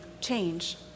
change